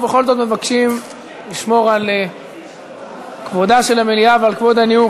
ובכל זאת מבקשים לשמור על כבודה של המליאה ועל כבוד הניהול,